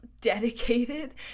dedicated